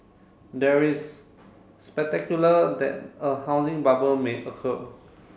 there is spectacular that a housing bubble may occur